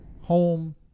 home